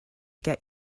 get